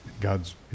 God's